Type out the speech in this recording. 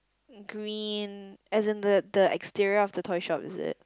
green as in the the exterior of the toy shop is it